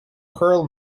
curl